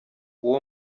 uwo